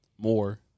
more